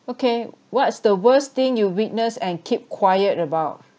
okay what's the worst thing you witness and keep quiet about